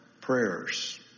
prayers